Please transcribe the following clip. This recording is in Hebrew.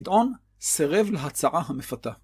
גדעון, סרב להצעה המפתה.